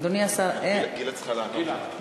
אדוני השר, גילה צריכה לענות, גילה.